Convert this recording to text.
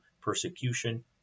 persecution